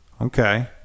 okay